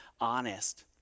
honest